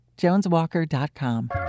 JonesWalker.com